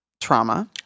trauma